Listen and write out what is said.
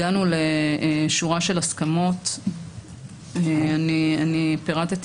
הגענו לשורה של הסכמות שאת חלקן פירטתי